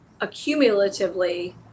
accumulatively